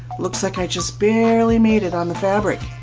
looks like i just barely made it on the fabric,